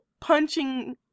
punching